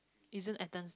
isn't Athens